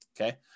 Okay